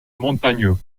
montagneux